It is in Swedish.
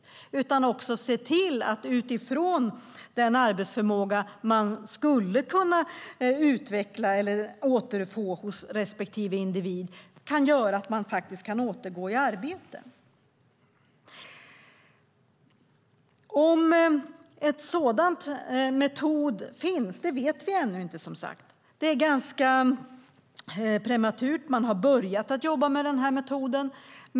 Det handlar också som att se till att utifrån den arbetsförmåga som respektive individ skulle kunna utveckla eller återfå se till att individen kan återgå i arbete. Om en sådan metod finns vet vi ännu inte. Det är ganska prematurt. Man har börjat att jobba med metoden.